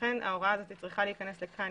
לכן ההוראה הזאת צריכה להיכנס לכאן,